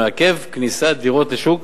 מעכב כניסת דירות לשוק,